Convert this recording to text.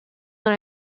dans